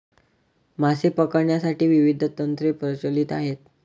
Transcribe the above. मासे पकडण्यासाठी विविध तंत्रे प्रचलित आहेत